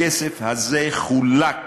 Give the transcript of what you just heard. הכסף הזה חולק